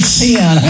sin